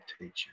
teacher